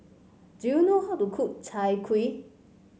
do you know how to cook Chai Kuih